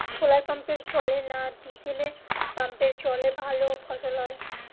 শোলার পাম্পের জলে না ডিজেল পাম্পের জলে ভালো ফসল হয়?